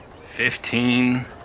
fifteen